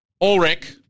Ulrich